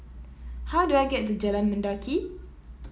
how do I get to Jalan Mendaki